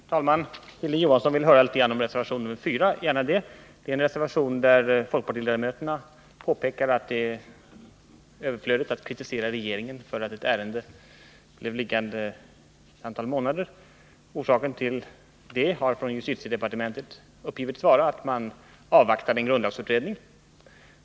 Herr talman! Hilding Johansson vill höra litet om reservation 4. Gärna det. Det är en reservation där folkpartiledamöterna påpekar att det är överflödigt att kritisera regeringen för att ett ärende blev liggande ett antal månader. Orsaken till det har från justitiedepartementet uppgivits vara att man avvaktade en grundlagsutredning.